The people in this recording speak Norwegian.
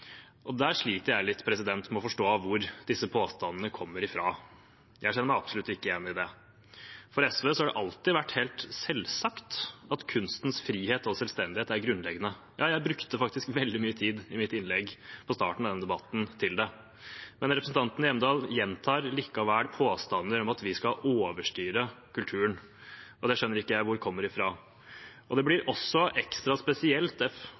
å forstå hvor disse påstandene kommer fra. Jeg kjenner meg absolutt ikke igjen i det. For SV har det alltid vært helt selvsagt at kunstens frihet og selvstendighet er grunnleggende. Jeg brukte faktisk veldig mye tid i mitt innlegg på starten av denne debatten på dette. Men representanten Hjemdal gjentar likevel påstander om at vi skal overstyre kulturen, og jeg skjønner ikke hvor det kommer fra. Det blir også ekstra spesielt